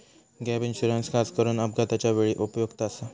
gap insurance खासकरून अपघाताच्या वेळी उपयुक्त आसा